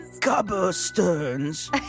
cobblestones